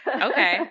Okay